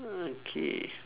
okay